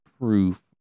proof